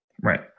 Right